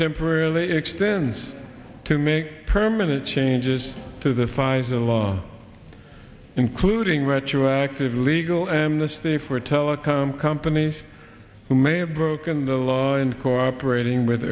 temporarily extends to make permanent changes to the pfizer law including retroactive legal amnesty for telecom companies who may have broken the law in cooperating with